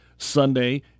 Sunday